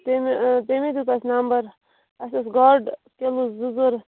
تمہِ تٔمی دیُت اَسہِ نَمبر اَسہِ ٲس گاڈٕ کِلوٗ زٕ ضوٚرتھ